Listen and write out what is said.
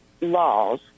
laws